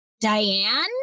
Diane